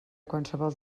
qualsevol